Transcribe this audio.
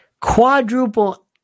Quadruple